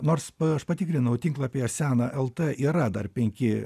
nors aš patikrinau tinklapyje sena lt yra dar penki